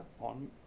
on